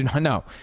no